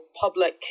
public